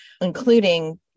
including